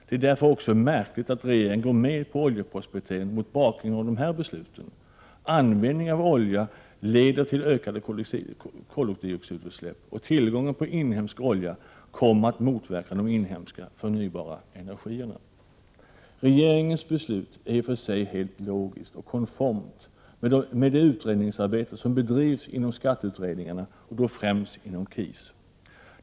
Det är mot bakgrund av dessa beslut märkligt att regeringen går med på oljeprospektering. Användning av olja leder till ökade koldioxidutsläpp, och tillgång till inhemsk olja kommer att motverka de inhemska förnybara energislagen. Regeringens beslut är i och för sig helt logiskt och konformt med det utredningsarbete som bedrivs inom skatteutredningarna, främst inom KIS.